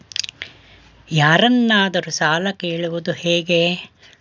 ಯಾರನ್ನಾದರೂ ಸಾಲ ಕೇಳುವುದು ಹೇಗೆ?